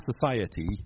society